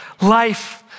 Life